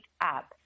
up